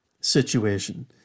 situation